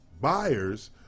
buyers